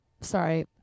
sorry